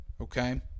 Okay